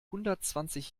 hundertzwanzig